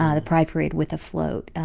ah the pride parade with a float.